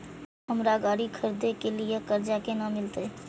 हमरा गाड़ी खरदे के लिए कर्जा केना मिलते?